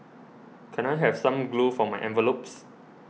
can I have some glue for my envelopes